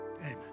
amen